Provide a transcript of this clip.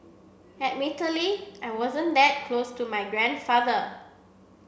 admittedly I wasn't that close to my grandfather